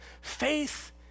faith